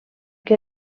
que